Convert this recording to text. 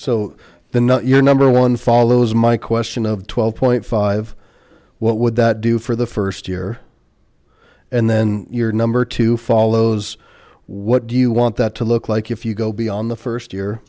so the not your number one follows my question of twelve point five what would that do for the first year and then your number two follows what do you want that to look like if you go beyond the first year